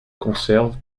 conserve